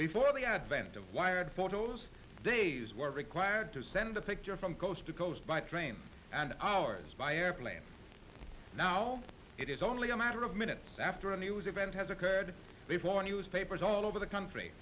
before the advent of wired photos days were required to send a picture from coast to coast by train and hours playing now it is only a matter of minutes after a news event has occurred before newspapers all over the country